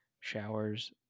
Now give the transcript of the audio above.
showers